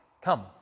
come